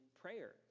prayer